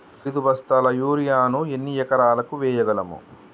ఐదు బస్తాల యూరియా ను ఎన్ని ఎకరాలకు వేయగలము?